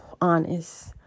honest